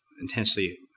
intensely